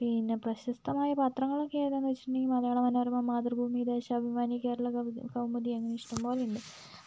പിന്നെ പ്രശസ്തമായ പത്രങ്ങളൊക്കെ ഏതാണെന്ന് വെച്ചിട്ടുണ്ടെങ്കിൽ മലയാള മനോരമ മാതൃഭൂമി ദേശാഭിമാനി കേരള കൗമുദി കൗമുദി അങ്ങനെ ഇഷ്ടംപോലെയുണ്ട്